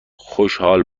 خوشحال